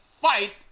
fight